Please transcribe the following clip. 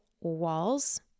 walls